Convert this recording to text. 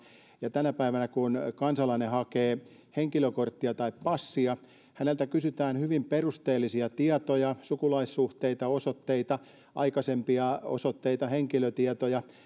ja tänä päivänä kun kansalainen hakee henkilökorttia tai passia häneltä kysytään hyvin perusteellisia tietoja sukulaissuhteita osoitteita aikaisempia osoitteita henkilötietoja